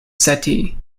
settee